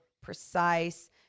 precise